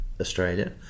Australia